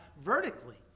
vertically